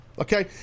Okay